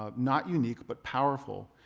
um not unique but powerful,